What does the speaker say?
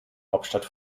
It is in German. hauptstadt